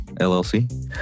LLC